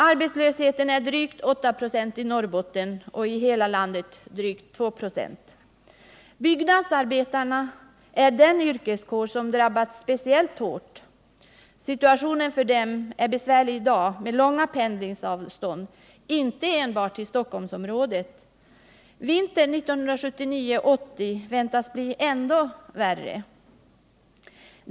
Arbetslösheten är drygt 8 96 i Norrbotten och i hela landet drygt 2 96. Byggnadsarbetarna är den yrkeskår som drabbats speciellt hårt. Situationen för dem är besvärlig i dag med långa pendlingsavstånd inte enbart till Stockholmsområdet, och vintern 1979-1980 väntas bli ändå värre.